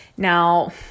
Now